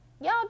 Y'all